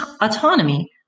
autonomy